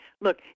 look